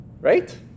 Right